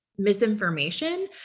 misinformation